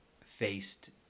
faced